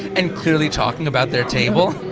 and clearly talking about their table,